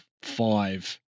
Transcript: five